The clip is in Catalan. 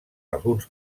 alguns